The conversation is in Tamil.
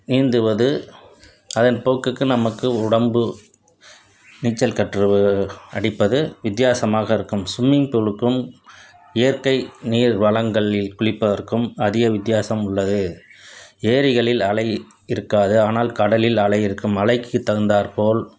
நீந்துவது அதன் போக்குக்கு நமக்கு உடம்பு நீச்சல் கற்று அடிப்பது வித்தியாசமாக இருக்கும் ஸ்விம்மிங் பூலுக்கும் இயற்கை நீர் வளங்களில் குளிப்பதற்கும் அதிக வித்தியாசம் உள்ளது ஏரிகளில் அலை இருக்காது ஆனால் கடலில் அலை இருக்கும் அலைக்கு தகுந்தார்போல்